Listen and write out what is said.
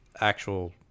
actual